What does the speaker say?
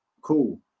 Cool